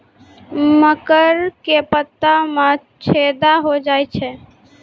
मकर के पत्ता मां छेदा हो जाए छै?